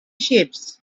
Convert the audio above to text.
shapes